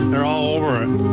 they're all over.